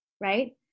Right